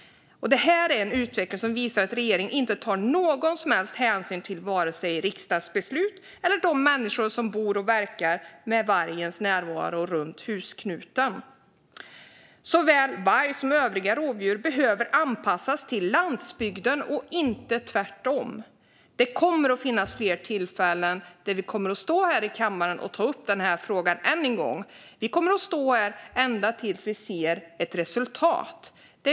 Detta är en utveckling som visar att regeringen inte tar någon som helst hänsyn till vare sig riksdagsbeslut eller de människor som bor och verkar med vargens närvaro runt husknuten. Såväl varg som övriga rovdjur behöver anpassas till landsbygden och inte tvärtom. Det kommer att finnas fler tillfällen då vi kommer att stå här i kammaren och ta upp denna fråga. Vi kommer att stå här ända tills vi ser ett resultat.